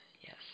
yes